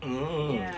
mm